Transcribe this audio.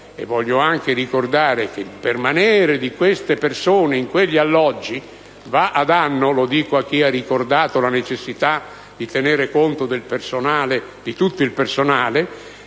Voglio anche ricordare che il permanere di queste persone in quegli alloggi va a danno - lo dico a chi ha sottolineato la necessità di tenere conto di tutto il personale